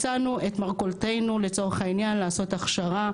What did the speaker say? הצענו את מרכולתנו לעשות הכשרה,